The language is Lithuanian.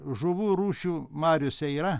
žuvų rūšių mariose yra